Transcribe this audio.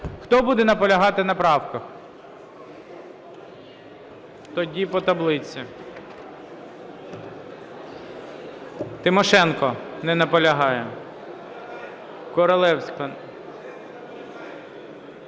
Хто буде наполягати на правках? Тоді по таблиці. Тимошенко. Не наполягає. Королевська.